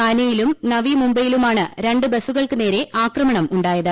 താനെയിലും നവി മുംബൈയിലുമാണ് രണ്ട് ബസുകൾക്ക് നേരെ ആക്രമണം ഉണ്ടായത്